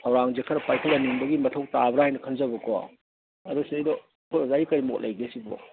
ꯊꯧꯔꯥꯡꯁꯦ ꯈꯔ ꯄꯥꯏꯈꯠꯍꯟꯅꯤꯡꯕꯒꯤ ꯃꯊꯧ ꯇꯥꯕ꯭ꯔ ꯍꯥꯏꯅ ꯈꯟꯖꯕꯀꯣ ꯑꯗꯨ ꯁꯤꯗꯩꯗ ꯑꯩꯈꯣꯏ ꯑꯣꯖꯥꯒꯤ ꯀꯔꯤ ꯃꯣꯠ ꯂꯩꯒꯦ ꯁꯤꯕꯣ